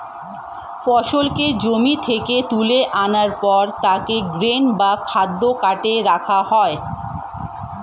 ফসলকে জমি থেকে তুলে আনার পর তাকে গ্রেন বা খাদ্য কার্টে রাখা হয়